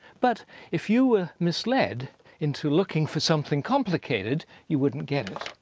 but if you were misled into looking for something complicated you wouldn't get it.